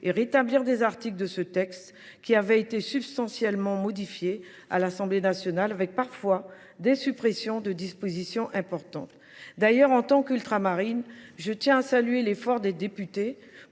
ou rétablir des articles qui avaient été substantiellement modifiés à l’Assemblée nationale, avec parfois des suppressions de dispositions importantes. En tant qu’élue ultramarine, je tiens à saluer l’effort des députés